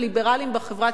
הליברלים בחברה,